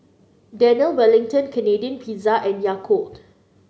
Daniel Wellington Canadian Pizza and Yakult